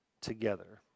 together